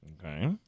Okay